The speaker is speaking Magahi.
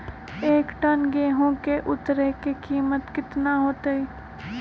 एक टन गेंहू के उतरे के कीमत कितना होतई?